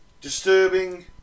disturbing